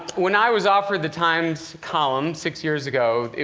when i was offered the times column six years ago,